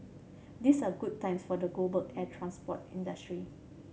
these are good times for the global air transport industry